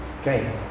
Okay